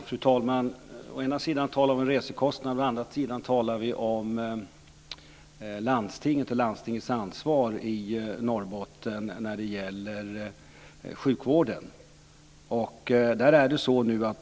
Fru talman! Vi talar å ena sidan om resekostnader, å andra sidan om landstingets ansvar för sjukvården i Norrbotten.